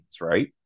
right